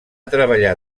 treballar